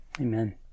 Amen